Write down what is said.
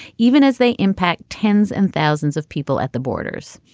even as they impact tens and thousands of people at the borders.